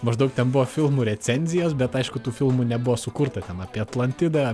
maždaug ten buvo filmų recenzijos bet aišku tų filmų nebuvo sukurta ten apie atlantidą